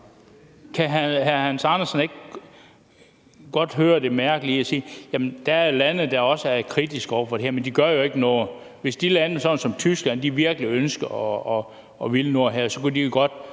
Kan hr. Hans Andersen ikke godt høre det mærkelige i at sige, at der også er lande, der er kritiske over for det her, men at de jo ikke gør noget? Hvis de lande, sådan som Tyskland gør, virkelig ønsker at gøre noget her, så kunne de jo godt